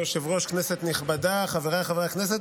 חברי הכנסת,